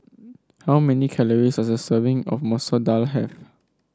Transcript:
how many calories does a serving of Masoor Dal have